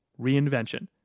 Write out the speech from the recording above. reinvention